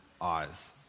eyes